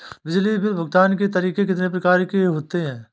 बिजली बिल भुगतान के तरीके कितनी प्रकार के होते हैं?